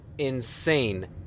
insane